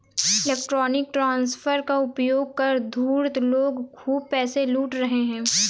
electronic transfer का उपयोग कर धूर्त लोग खूब पैसे लूट रहे हैं